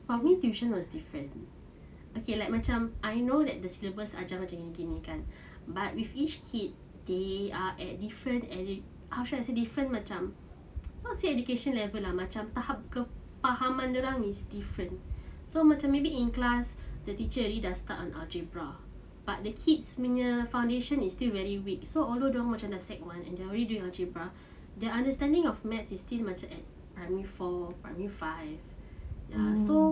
for me tuition was different okay like macam I know that the syllabus are ajar macam gini kan but with each kid they are at different at how should I say different macam not say education level like macam tahap kefahaman dorang is different so macam maybe in class the teacher already dah start on algebra but the kids punya foundation is still very weak so although dorang dah sec one and they are already doing algebra their understanding of maths is still macam at primary four primary five ya so